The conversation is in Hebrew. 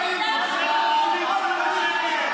את עוצמת עיניים על שנים של טרור.